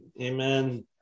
amen